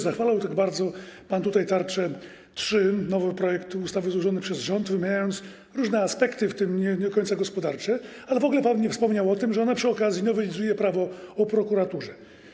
Zachwalał pan tutaj tak bardzo tarczę 3.0, nowy projekt ustawy złożony przez rząd, wymieniając różne aspekty, w tym nie do końca gospodarcze, ale w ogóle pan nie wspomniał o tym, że przy okazji nowelizuje ona Prawo o prokuraturze.